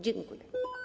Dziękuję.